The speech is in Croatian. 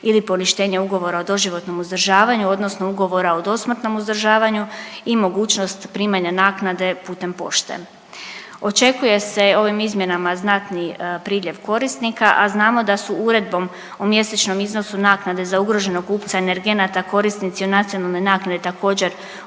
ili poništenje ugovora o doživotnom uzdržavanju, odnosno ugovora o dosmrtnom uzdržavanju i mogućnost primanja naknade putem pošte. Očekuje se ovim izmjenama znatni priljev korisnika, a znamo da su uredbom o mjesečnom iznosu naknade za ugroženog kupca energenata korisnici u nacionalnoj naknadi također